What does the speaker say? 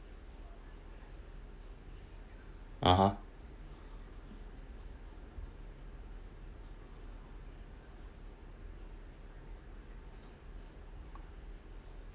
(uh huh)